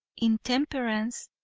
intemperance,